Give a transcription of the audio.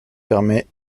permet